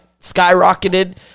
skyrocketed